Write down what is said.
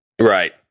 right